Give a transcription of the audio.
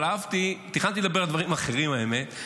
תכננתי לדבר על דברים אחרים, האמת,